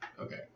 Okay